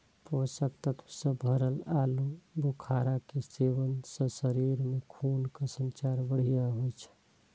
पोषक तत्व सं भरल आलू बुखारा के सेवन सं शरीर मे खूनक संचार बढ़िया होइ छै